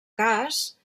cas